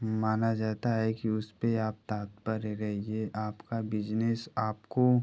माना जाता है कि उसपे आप तत्पर ही रहिए आपका बिजनेस आपको